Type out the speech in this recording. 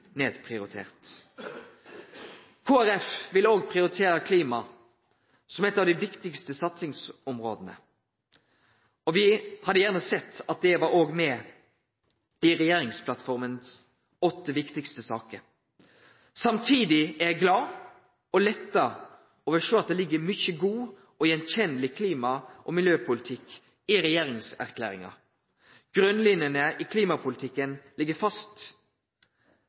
nedprioritert . Kristeleg Folkeparti vil òg prioritere klima som eit av dei viktigaste satsingsområda. Me hadde gjerne sett at det òg var med blant regjeringsplattformas åtte viktigaste saker. Samstundes er eg glad og letta over å sjå at det ligg mykje god og attkjenneleg klima- og miljøpolitikk i regjeringserklæringa. Grunnlinjene i klimapolitikken ligg fast.